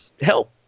help